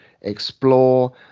explore